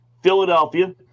Philadelphia